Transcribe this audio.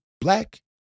black